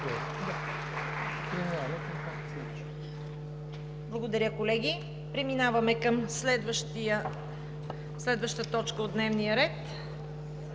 Благодаря, колеги. Преминаваме към следваща точка от дневния ред: